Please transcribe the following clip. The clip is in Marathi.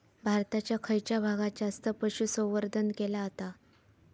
भारताच्या खयच्या भागात जास्त पशुसंवर्धन केला जाता?